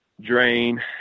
drain